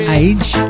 age